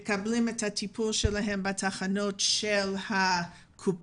האחרים מקבלים את הטיפול שלהם בתחנות של הקופות.